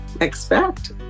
expect